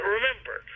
Remember